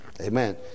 Amen